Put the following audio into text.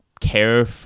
care